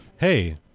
Hey